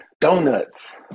Donuts